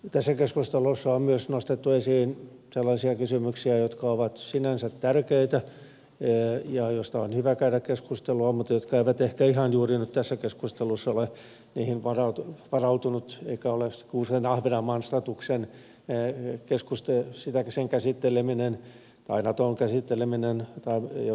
tässä keskustelussa on myös nostettu esiin sellaisia kysymyksiä jotka ovat sinänsä tärkeitä ja joista on hyvä käydä keskustelua mutta jotka eivät ehkä ihan juuri nyt tässä keskustelussa ole en ole niihin varautunut kuten ahvenanmaan statuksen käsitteleminen tai naton käsitteleminen tai jotkut muut asiat